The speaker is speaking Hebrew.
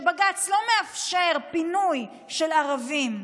שבג"ץ לא מאפשר פינוי של ערבים.